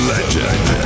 Legend